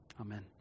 amen